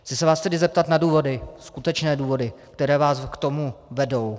Chci se vás tedy zeptat na skutečné důvody, které vás k tomu vedou.